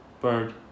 bird